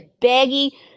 baggy